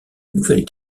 nouvelle